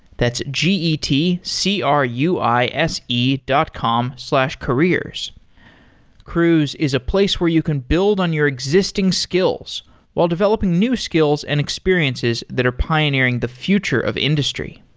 that's g e t c r u i s e dot com careers cruise is a place where you can build on your existing skills while developing new skills and experiences that are pioneering the future of industry.